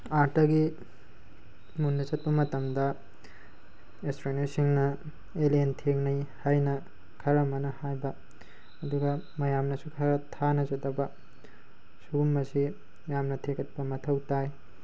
ꯑꯥꯔꯠꯇꯒꯤ ꯃꯨꯟꯗ ꯆꯠꯄ ꯃꯇꯝꯗ ꯑꯦꯁꯇ꯭ꯔꯣꯅꯣꯏꯠꯁꯤꯡꯅ ꯑꯦꯂꯦꯟ ꯊꯦꯡꯅꯩ ꯍꯥꯏꯅ ꯈꯔꯃꯅ ꯍꯥꯏꯕ ꯑꯗꯨꯒ ꯃꯌꯥꯝꯅꯁꯨ ꯈꯔ ꯊꯥꯟꯅꯖꯗꯕ ꯁꯤꯒꯨꯝꯕꯁꯤ ꯌꯥꯝꯅ ꯊꯤꯒꯠꯄ ꯃꯊꯧ ꯇꯥꯏ